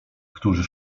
którzy